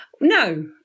No